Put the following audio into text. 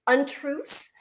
untruths